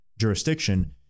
jurisdiction